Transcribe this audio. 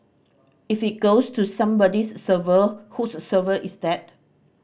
if it goes to somebody's server whose server is that